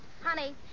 Honey